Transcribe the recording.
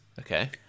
Okay